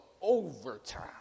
overtime